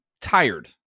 tired